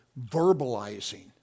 verbalizing